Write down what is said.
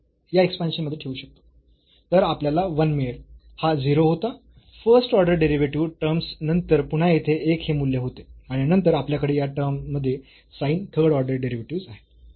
तर आपल्याला 1 मिळेल हा 0 होता फर्स्ट ऑर्डर डेरिव्हेटिव्ह टर्म्स नंतर पुन्हा येथे एक हे मूल्य होते आणि नंतर आपल्याकडे या टर्म मध्ये sin थर्ड ऑर्डर डेरिव्हेटिव्हस् आहेत